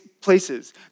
places